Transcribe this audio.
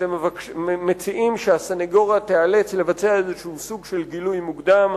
אתם מציעים שהסניגוריה תיאלץ לבצע איזשהו סוג של גילוי מוקדם.